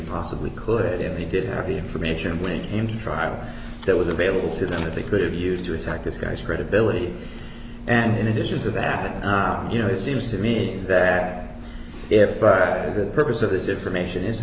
possibly could and he did have the information when he came to trial that was available to them that they could have used to attack this guy's credibility and in addition to that you know it seems to me that if the purpose of this information i